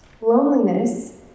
loneliness